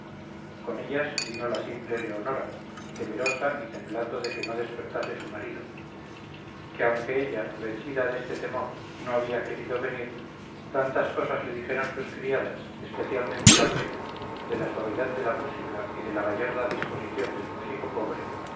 con ellas vino la simple leonora temerosa y temblando de que no despertase su marido que aunque ella vencida deste temor no había querido venir tantas cosas le dijeron sus criadas especialmente la dueña de la suavidad de la música y de la gallarda disposición del músico pobre